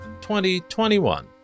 2021